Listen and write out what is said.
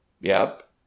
Yep